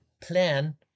plan